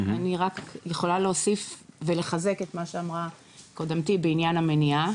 אני רק יכולה להוסיף ולחזק את מה שאמרה קודמתי בעניין המניעה,